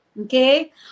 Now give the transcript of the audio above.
okay